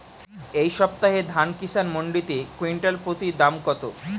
এই সপ্তাহে ধান কিষান মন্ডিতে কুইন্টাল প্রতি দাম কত?